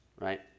right